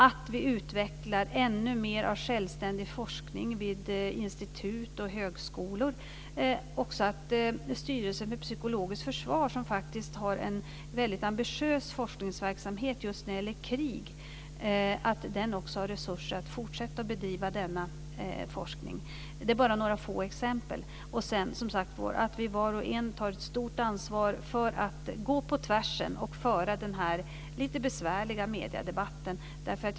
Vi måste utveckla ännu mer av självständig forskning vid institut och högskolor. Styrelsen för psykologiskt försvar har en väldigt ambitiös forskningsverksamhet just när det gäller krig. Den måste få resurser att fortsätta att bedriva denna forskning. Detta är bara några få exempel. Sedan måste vi var och en ta ett stort ansvar för att gå på tvärs och föra den lite besvärliga mediedebatten.